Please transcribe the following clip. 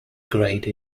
grade